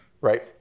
right